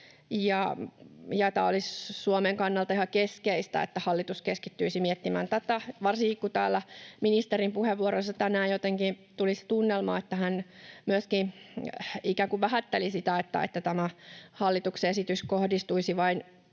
Tämä olisi Suomen kannalta ihan keskeistä, että hallitus keskittyisi miettimään tätä, varsinkin kun täällä ministerin puheenvuoroissa tänään jotenkin tuli se tunnelma, että hän myöskin ikään kuin vähätteli sitä, että tämä hallituksen esitys kohdistuisi vain